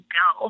go